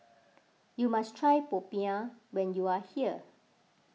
you must try Popiah when you are here